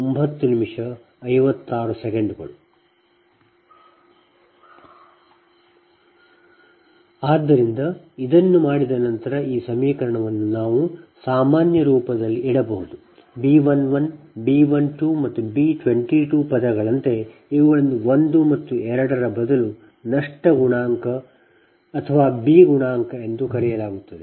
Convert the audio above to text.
2 MW 1 ಆದ್ದರಿಂದ ಇದನ್ನು ಮಾಡಿದ ನಂತರ ಈ ಸಮೀಕರಣವನ್ನು ನಾವು ಸಾಮಾನ್ಯ ರೂಪದಲ್ಲಿ ಇಡಬಹುದು B 11 B 12 ಮತ್ತು B 22 ಪದಗಳಂತೆ ಇವುಗಳನ್ನು 1 ಮತ್ತು 2 ರ ಬದಲು ನಷ್ಟ ಗುಣಾಂಕಅಥವಾ B ಗುಣಾಂಕ ಎಂದು ಕರೆಯಲಾಗುತ್ತದೆ